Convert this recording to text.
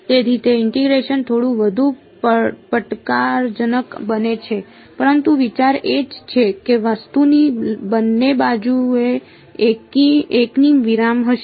તેથી તે ઇન્ટીગ્રેશન થોડું વધુ પડકારજનક બને છે પરંતુ વિચાર એ જ છે કે વસ્તુની બંને બાજુએ એકની વિરામ હશે